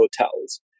hotels